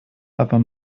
aber